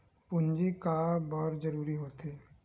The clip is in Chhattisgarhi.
पूंजी का बार जरूरी हो थे?